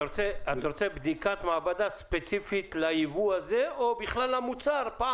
רוצה בדיקת מעבדה ספציפית לייבוא הזה או בכלל למוצר?